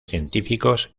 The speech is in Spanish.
científicos